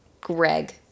Greg